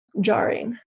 jarring